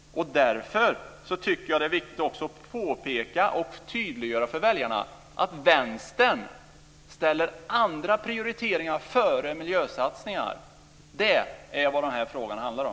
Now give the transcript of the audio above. Därför tycker jag att det är viktigt att påpeka och tydliggöra för väljarna att Vänstern ställer andra prioriteringar före miljösatsningar. Det är vad den här frågan handlar om.